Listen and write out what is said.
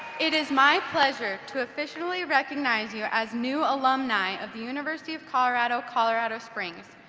it is my pleasure to officially recognize you as new alumni of the university of colorado colorado springs.